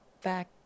back